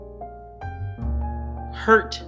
hurt